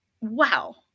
wow